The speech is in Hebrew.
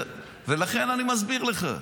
לכן אני מסביר לך.